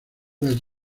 las